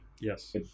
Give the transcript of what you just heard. Yes